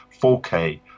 4K